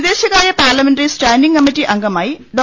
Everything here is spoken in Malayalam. വിദേശകാര്യ പാർലമെന്ററി സ്റ്റാന്റിങ്ങ് കമ്മറ്റി അംഗമായി ഡോ